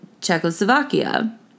Czechoslovakia